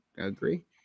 agree